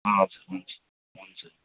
हजुर हुन्छ हुन्छ